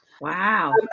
wow